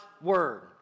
word